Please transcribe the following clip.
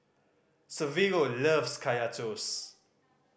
Severo loves Kaya Toast